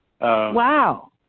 wow